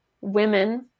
women